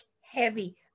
heavy